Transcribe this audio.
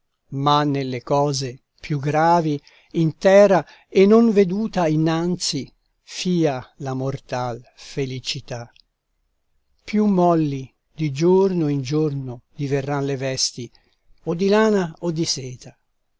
ma nelle cose più gravi intera e non veduta innanzi fia la mortal felicità più molli di giorno in giorno diverran le vesti o di lana o di seta